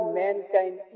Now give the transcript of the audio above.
mankind